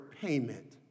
payment